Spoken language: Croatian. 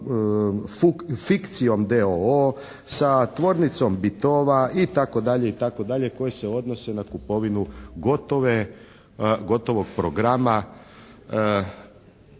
fikcijom d.o.o., sa tvornicom Bitova itd. itd. koje se odnose na kupovinu gotovog programa